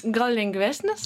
gal lengvesnis